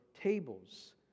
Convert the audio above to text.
tables